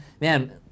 Man